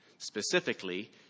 Specifically